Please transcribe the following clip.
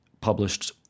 published